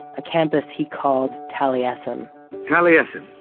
a campus he called taliesin taliesin,